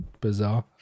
bizarre